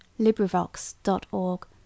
LibriVox.org